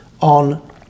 on